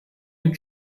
and